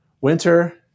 winter